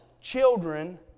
children